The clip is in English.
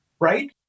right